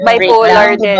bipolar